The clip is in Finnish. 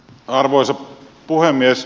arvoisa puhemies